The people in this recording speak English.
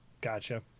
gotcha